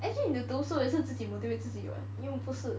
actually 你读书也是自己 motivate 自己 [what] 又不是